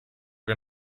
che